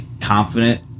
confident